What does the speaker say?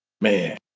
man